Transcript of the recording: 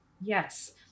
Yes